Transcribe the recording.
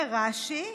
אומר רש"י